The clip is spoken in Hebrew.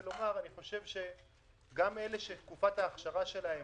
גם אלה שתקופת ההכשרה שלהם